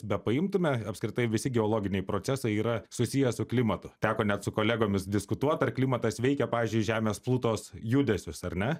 bepaimtume apskritai visi geologiniai procesai yra susiję su klimatu teko net su kolegomis diskutuot ar klimatas veikia pavyzdžiui žemės plutos judesius ar ne